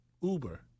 Uber